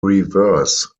reverse